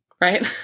right